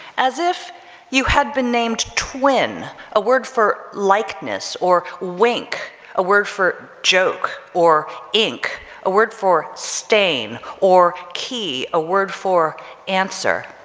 as if you had been named twin a word for likeness or wink a word for joke or ink a word for stain or key a word for answer,